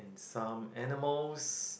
some animals